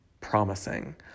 promising